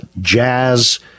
jazz